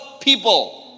people